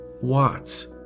Watts